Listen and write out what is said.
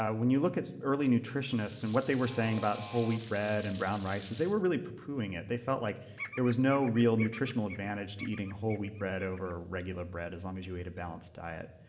ah when you look at early nutritionists and what they were saying about whole wheat bread and brown rices they were really poo-pooing it. they felt like there was no real nutritional advantage to eating whole wheat bread over regular bread as long as you ate a balanced diet.